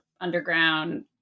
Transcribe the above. underground